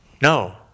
No